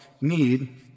need